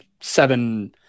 Seven